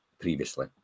previously